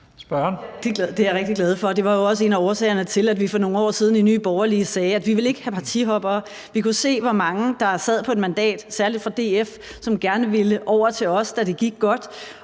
Det er jeg rigtig glad for. Det var jo også en af årsagerne til, at vi for nogle år siden i Nye Borgerlige sagde, at vi ikke vil have partihoppere. Vi kunne se, hvor mange der sad på et mandat, særlig for DF, som gerne ville over til os, da det gik godt,